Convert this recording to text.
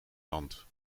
land